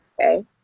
okay